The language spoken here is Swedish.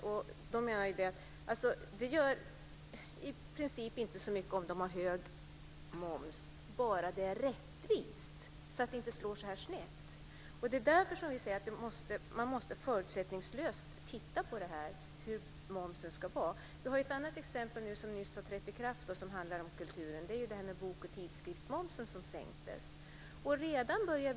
Man säger därifrån att det i princip inte gör så mycket om det läggs på en hög moms, bara den är rättvis och inte slår snett. Det är därför som vi säger att man förutsättningslöst måste titta på hur momsen ska utformas. Ett annat exempel som handlar om kulturen har nyligen trätt i kraft, nämligen sänkningen av bok och tidskriftsmomsen.